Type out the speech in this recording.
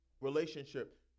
relationship